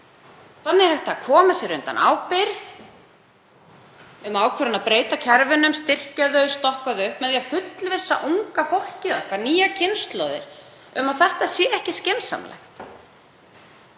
Þannig er hægt að koma sér undan ábyrgð um ákvörðun um að breyta kerfunum, styrkja þau, stokka upp, með því að fullvissa unga fólkið okkar, nýjar kynslóðir, um að þetta sé ekki skynsamlegt.